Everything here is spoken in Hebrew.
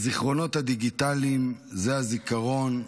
הזיכרונות הדיגיטליים זה הזיכרון,